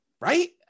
Right